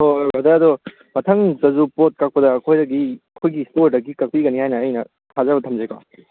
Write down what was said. ꯍꯣꯏ ꯍꯣꯏ ꯕ꯭ꯔꯗꯔ ꯑꯗꯨ ꯃꯊꯪꯗꯁꯨ ꯄꯣꯠ ꯀꯛꯄꯗ ꯑꯩꯈꯣꯏꯗꯒꯤ ꯑꯩꯈꯣꯏꯒꯤ ꯁ꯭ꯇꯣꯔꯗꯒꯤ ꯀꯛꯄꯤꯒꯅꯤ ꯍꯥꯏꯅ ꯑꯩꯅ ꯊꯥꯖꯕ ꯊꯝꯖꯩꯀꯣ